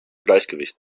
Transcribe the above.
gleichgewicht